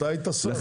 אתה היית שר.